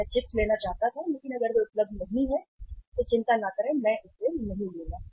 मैं चिप्स लेना चाहता था लेकिन अगर वे उपलब्ध नहीं हैं तो चिंता न करें मैं इसे नहीं लूंगा